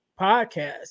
podcast